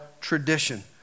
Tradition